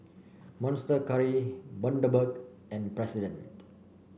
Monster Curry Bundaberg and President